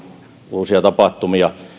uusia tapahtumia